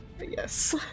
yes